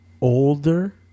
older